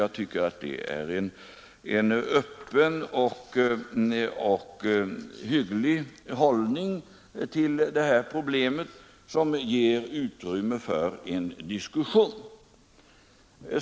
Det tycker jag är en öppen och ärlig hållning till detta problem, en hållning som ger utrymme för diskussioner.